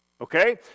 Okay